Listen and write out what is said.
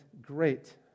great